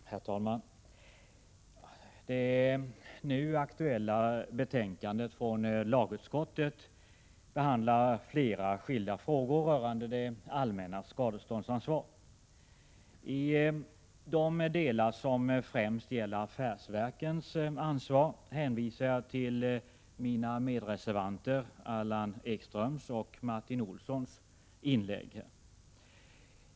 Herr talman! Det nu aktuella betänkandet från lagutskottet behandlar flera skilda frågor rörande det allmännas skadeståndsansvar. I de delar som främst gäller affärsverkens ansvar hänvisar jag till mina medreservanter Allan Ekströms och Martin Olssons inlägg.